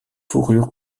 fourrure